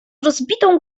rozbitą